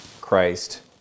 Christ